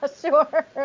Sure